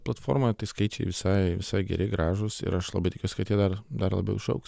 platformoje tai skaičiai visai visai geri gražūs ir aš labai tikiuosi kad jie dar dar labiau išaugs